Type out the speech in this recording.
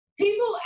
People